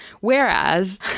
Whereas